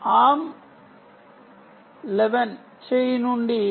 arm 11 అనేది arm కి సంబందించినది